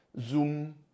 zoom